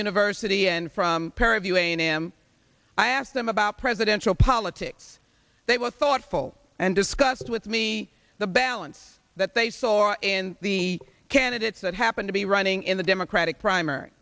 university and from pair of you am i asked them about presidential politics they were thoughtful and discussed with me the balance that they saw in the candidates that happened to be running in the democratic primary